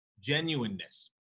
genuineness